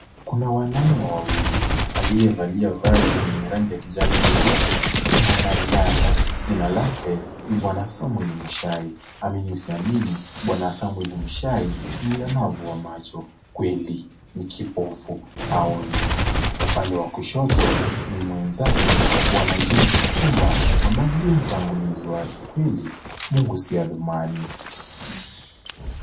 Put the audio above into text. Kuna wanaume wawili, aliyevalia vazi lenye rangi ya kijani kibichi ni mwanariadha, jina lake ni Bwana Samuel Muchai, amini usiamini bwana Samuel Muchai ni mlemavu wa macho kweli ni kipofu haoni. Upande wa kushoto ni mwenzake bwana Jim Kipchumba ambaye ndiye mtangulizi wake, kweli mungu si athumani.